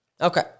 Okay